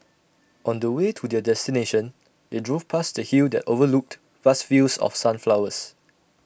on the way to their destination they drove past A hill that overlooked vast fields of sunflowers